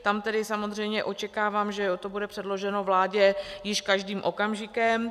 Tam tedy samozřejmě očekávám, že to bude předloženo vládě již každým okamžikem.